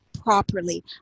properly